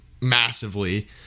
massively